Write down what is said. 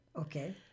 Okay